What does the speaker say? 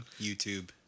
YouTube